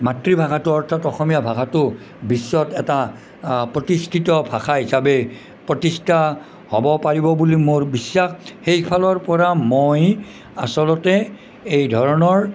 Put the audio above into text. মাতৃভাষাটো অৰ্থাৎ অসমীয়া ভাষাটো বিশ্বত এটা প্ৰতিষ্ঠিত ভাষা হিচাপে প্ৰতিষ্ঠা হ'ব পাৰিব বুলি মোৰ বিশ্বাস সেই ফালৰ পৰা মই আচলতে এই ধৰণৰ